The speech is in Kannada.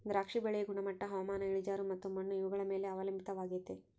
ದ್ರಾಕ್ಷಿ ಬಳ್ಳಿಯ ಗುಣಮಟ್ಟ ಹವಾಮಾನ, ಇಳಿಜಾರು ಮತ್ತು ಮಣ್ಣು ಇವುಗಳ ಮೇಲೆ ಅವಲಂಬಿತವಾಗೆತೆ